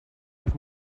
els